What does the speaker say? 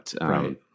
Right